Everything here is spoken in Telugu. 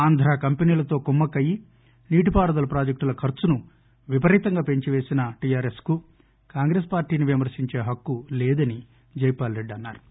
ఆంధ్రా కంపెనీలతో కుమ్మ క్కయ్య నీటిపారుదల ప్రాజెక్టుల ఖర్చును విపరీతంగా పెంచిపేసిన టిఆర్ఎస్ కు కాంగ్రెస్ పార్టీని విమర్శించే హక్కు లేదని జైపాల్రెడ్డి అన్నా రు